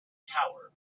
tower